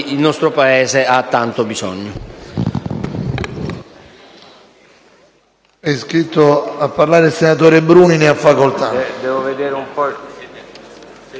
il nostro Paese ha tanto bisogno.